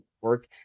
work